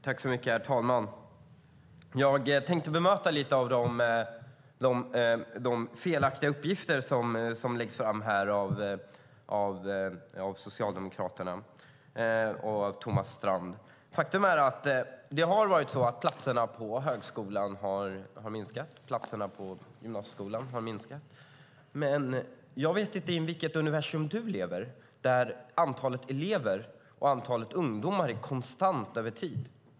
Herr talman! Jag tänkte bemöta en del av de felaktiga uppgifter som läggs fram av Socialdemokraternas Thomas Strand. Det är ett faktum att platserna på högskolan har minskat, liksom platserna på gymnasieskolan. Jag vet inte i vilket universum du, Thomas Strand, lever - ett där antalet elever och antalet ungdomar är konstant över tid?